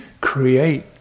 create